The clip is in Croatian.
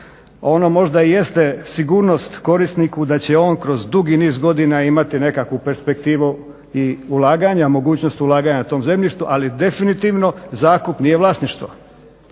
Ono možda jeste sigurno korisniku da će on kroz dugi niz godina imati nekakvu perspektivu i ulaganja, mogućnost ulaganja na tom zemljištu ali definitivno zakup nije vlasništvo